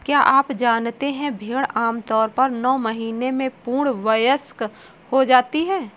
क्या आप जानते है भेड़ आमतौर पर नौ महीने में पूर्ण वयस्क हो जाती है?